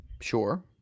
sure